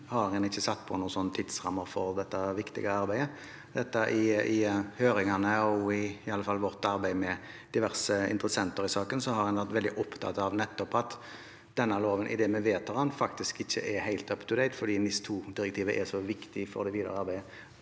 har en ikke satt noen tidsramme for dette viktige arbeidet? I høringene, og i alle fall i vårt arbeid med diverse interessenter i saken, har en vært veldig opptatt av at denne loven, idet vi vedtar den, faktisk ikke er helt «up to date» fordi NIS2direktivet er så viktig for det videre arbeidet.